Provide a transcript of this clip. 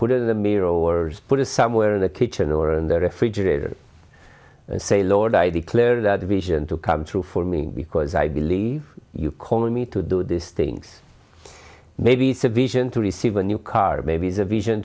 put it in the mirror or put it somewhere in the kitchen or in the refrigerator and say lord i declare that vision to come true for me because i believe you calling me to do this things may be sufficient to receive a new car or maybe as a vision